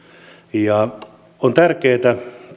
on tärkeätä